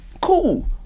Cool